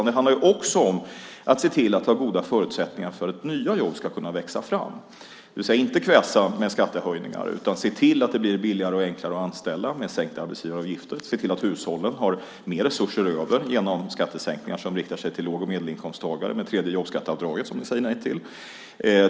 Det handlar om att också se till att ha goda förutsättningar för att nya jobb ska kunna växa fram, det vill säga att inte kväsa med skattehöjningar utan se till att det blir billigare och enklare att anställa genom sänkta arbetsgivaravgifter, se till att hushållen har mer resurser över genom skattesänkningar som riktar sig till låg och medelinkomsttagare med tredje jobbskatteavdraget, något som ni säger nej till.